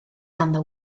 ganddo